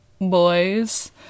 boys